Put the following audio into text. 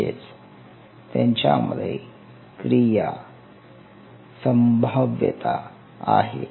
म्हणजेच त्यांच्यामध्ये क्रिया संभाव्यता आहे